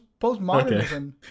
postmodernism